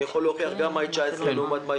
אני יכול להוכיח גם את מאי 2019 לעומת מאי